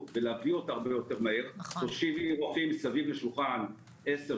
אנשים יושבים סביב לשולחן 10,